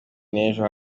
n’ejo